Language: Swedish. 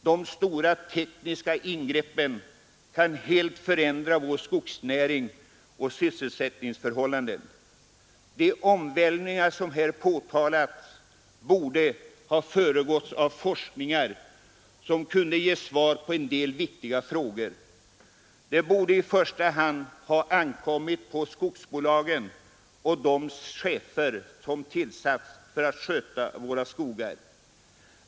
De stora tekniska ingreppen kan helt förändra vår skogsnäring och våra sysselsättningsförhållanden. De omvälvningar som här påtalats borde ha föregåtts av forskning som kunde gett svar på en del viktiga frågor. Det borde i första hand ha ankommit på skogsbolagen och cheferna som tillsatts för att sköta våra skogar.